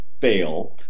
fail